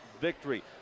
victory